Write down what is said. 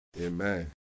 Amen